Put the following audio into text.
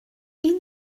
این